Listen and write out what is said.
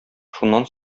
шуннан